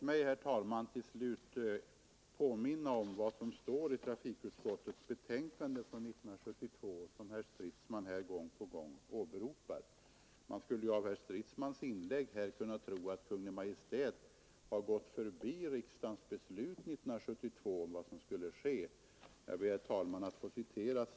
Herr talman! Låt mig påminna om vad som står i trafikutskottets betänkande från 1972, som herr Stridsman gång på gång åberopar. Man skulle av herr Stridsmans inlägg kunna tro att Kungl. Maj:t har gått förbi riksdagens beslut 1972.